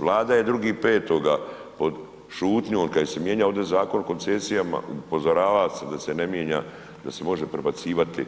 Vlada je 2.5. pod šutnjom kada se je mijenjao ovdje Zakon o koncesijama upozoravao sam da se ne mijenja, da se može prebacivati